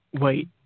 Wait